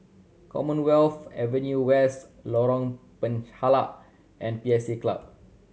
Commonwealth Avenue West Lorong Penchalak and P S A Club